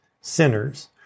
sinners